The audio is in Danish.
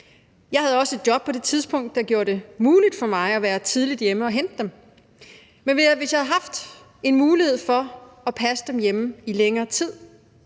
Jeg havde også på det tidspunkt et job, der gjorde det muligt for mig at være tidligt hjemme og hente dem. Men hvis jeg havde haft en mulighed for at passe dem hjemme i længere tid,